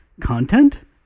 Content